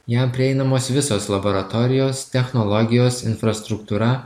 jam prieinamos visos laboratorijos technologijos infrastruktūra